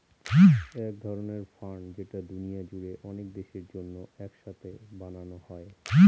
এক ধরনের ফান্ড যেটা দুনিয়া জুড়ে অনেক দেশের জন্য এক সাথে বানানো হয়